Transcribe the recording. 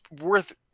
worth